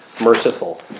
merciful